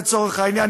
לצורך העניין,